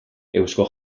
eusko